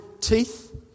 teeth